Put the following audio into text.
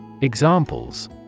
Examples